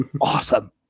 awesome